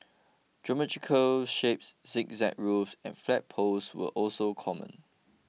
geometric shapes zigzag roofs and flagpoles were also common